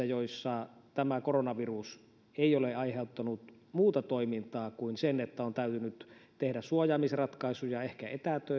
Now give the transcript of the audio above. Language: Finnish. joissa tämä koronavirus ei ole aiheuttanut muuta toimintaa kuin sen että on täytynyt tehdä suojaamisratkaisuja ehkä